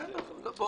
תודה.